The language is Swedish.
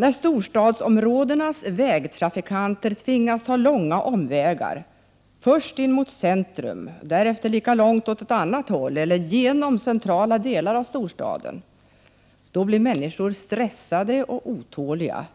När storstadsområdenas vägtrafikanter tvingas att ta långa omvägar — först in mot centrum och därefter lika långt ut åt ett annat håll, eller genom centrala delar av storstaden — blir dessa människor stressade och otåliga,